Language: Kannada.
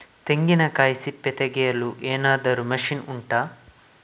ತೆಂಗಿನಕಾಯಿ ಸಿಪ್ಪೆ ತೆಗೆಯಲು ಏನಾದ್ರೂ ಮಷೀನ್ ಉಂಟಾ